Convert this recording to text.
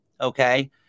okay